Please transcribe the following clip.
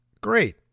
Great